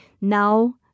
Now